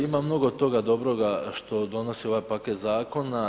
Ima mnogo toga dobroga što donosi ovaj paket zakona.